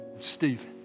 Stephen